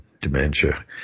dementia